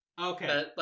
Okay